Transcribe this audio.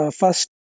first